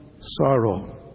sorrow